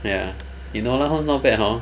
ya enola holmes not bad hor